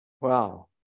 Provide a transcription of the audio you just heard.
Wow